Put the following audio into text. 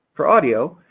for audio,